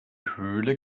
höhle